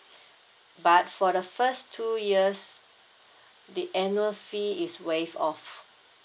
but for the first two years the annual fee is waived off